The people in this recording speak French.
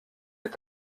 est